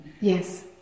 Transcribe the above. Yes